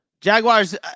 Jaguars